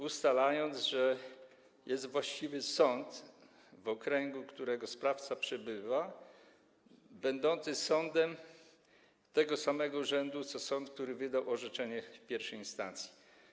Ustalono, że jest właściwy sąd, w okręgu którego sprawca przebywa, będący sądem tego samego rzędu co sąd, który wydał orzeczenie w I instancji.